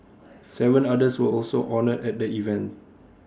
Seven others were also honoured at the event